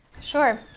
Sure